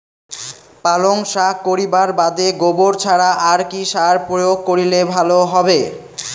পালং শাক করিবার বাদে গোবর ছাড়া আর কি সার প্রয়োগ করিলে ভালো হবে?